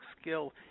skill